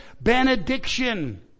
benediction